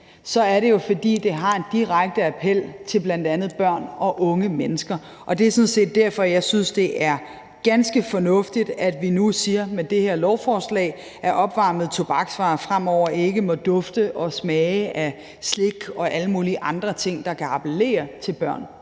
er det jo, fordi det har en direkte appel til bl.a. børn og unge mennesker. Og det er sådan set derfor, jeg synes, det er ganske fornuftigt, at vi nu med det her lovforslag siger, at opvarmede tobaksvarer fremover ikke må dufte og smage af slik og alle mulige andre ting, der kan appellere til børn